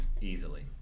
Easily